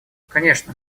конечно